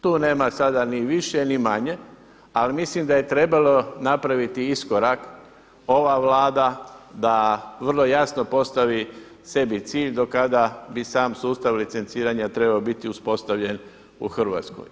Tu nema sada ni više ni manje, ali mislim da je trebalo napraviti iskorak, ova Vlada da vrlo jasno postavi sebi cilj do kada bi sam sustav licenciranja trebao biti uspostavljen u Hrvatskoj.